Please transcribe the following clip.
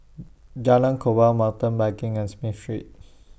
Jalan Korban Mountain Biking and Smith Street